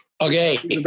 Okay